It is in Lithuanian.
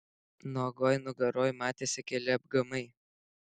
nuogoj nugaroj matėsi keli apgamai